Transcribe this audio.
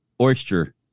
oyster